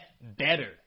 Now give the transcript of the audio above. better